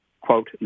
quote